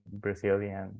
Brazilian